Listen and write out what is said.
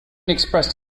expressed